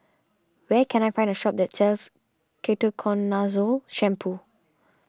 where can I find a shop that sells Ketoconazole Shampoo